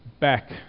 back